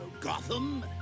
Gotham